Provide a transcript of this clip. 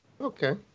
Okay